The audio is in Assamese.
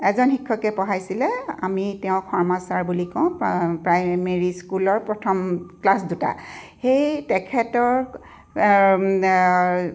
এজন শিক্ষকে পঢ়াইছিলে আমি তেওঁক শৰ্মা ছাৰ বুলি কওঁ প্ৰাইমেৰী স্কুলৰ প্ৰথম ক্লাছ দুটা সেই তেখেতৰ